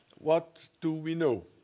what do we know?